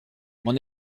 mon